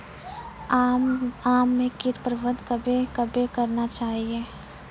आम मे कीट प्रबंधन कबे कबे करना चाहिए?